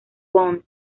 von